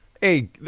Hey